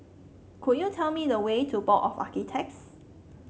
could you tell me the way to Board of Architects